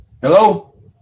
Hello